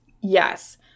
yes